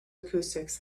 acoustics